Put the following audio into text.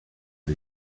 did